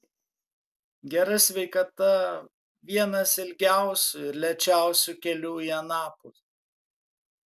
gera sveikata vienas ilgiausių ir lėčiausių kelių į anapus